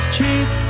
Cheap